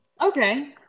Okay